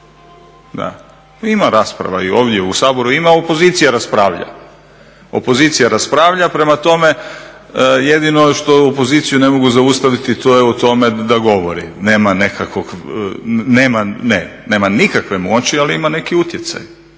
Da, ima rasprava i ovdje u Saboru ima, opozicija raspravlja, opozicija rasprava prema tome jedino što opoziciju ne mogu zaustaviti to je u tome da govori, nema nekakvog, nema, ne, nema